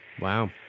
Wow